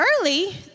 early